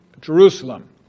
Jerusalem